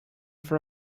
for